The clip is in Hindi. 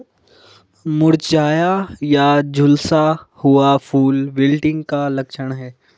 मुरझाया या झुलसा हुआ फूल विल्टिंग का लक्षण है